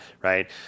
right